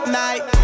night